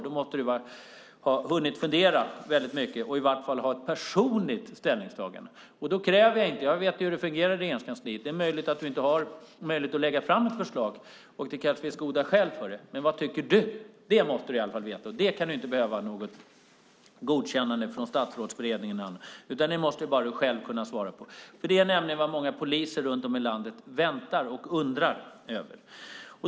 Då måste du ha hunnit fundera väldigt mycket och i vart fall ha kommit fram till ett personligt ställningstagande. Jag vet hur det fungerar i Regeringskansliet. Det kanske är så att du inte har möjlighet att lägga fram ett förslag, och det kanske finns goda skäl för det. Men vad tycker du? Det måste du i alla fall veta. Det kan du inte behöva något godkännande för från Statsrådsberedningen eller någon annan. Det måste du själv kunna svara på. Det är nämligen vad många poliser runt om i landet väntar på och undrar över.